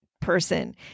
person